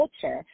culture